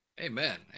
Amen